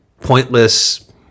pointless